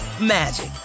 magic